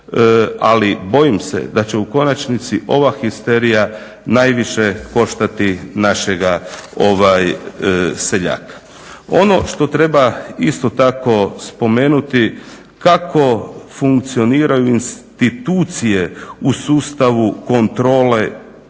ali bojim se da će u konačnici ova histerija najviše koštati našega seljaka. Ono što treba isto tako spomenuti kako funkcioniraju institucije u sustavu kontrole